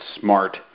smart